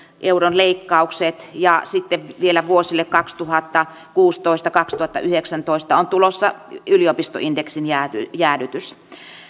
euron leikkaukset ja sitten vielä vuosille kaksituhattakuusitoista viiva kaksituhattayhdeksäntoista on tulossa yliopistoindeksin jäädytys jäädytys